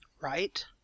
Right